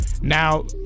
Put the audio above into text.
Now